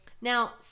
Now